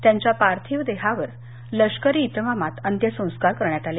त्यांच्या पार्थिव देहावर लष्करी इतमामात अंत्यसंस्कार करण्यात आले